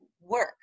work